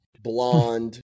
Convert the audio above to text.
blonde